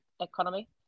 economy